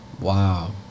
Wow